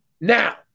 Now